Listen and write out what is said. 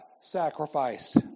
sacrificed